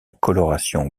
coloration